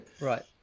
Right